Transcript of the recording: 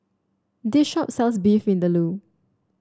this shop sells Beef Vindaloo